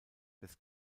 des